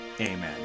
amen